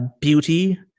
Beauty